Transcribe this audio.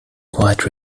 quiet